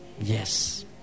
Yes